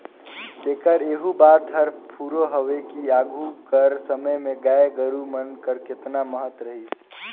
तेकर एहू बात हर फुरों हवे कि आघु कर समे में गाय गरू मन कर केतना महत रहिस